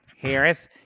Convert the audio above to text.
Harris